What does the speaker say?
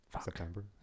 September